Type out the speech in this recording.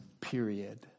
period